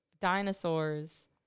dinosaurs